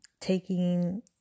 taking